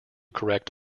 correct